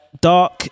Dark